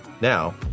Now